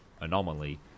anomaly